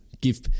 Give